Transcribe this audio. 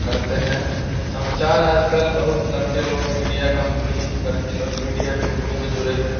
समाचार आजकल बहुत लड़के लोग मीडिय कंपनी लड़की लोग मीडिया कंपनी में जुड़े हैं